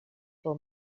for